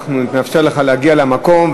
אנחנו נאפשר לך להגיע למקום,